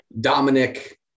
Dominic